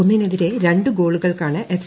ഒന്നിന്റെതിരെ രണ്ട് ഗോളുകൾക്കാണ് എഫ്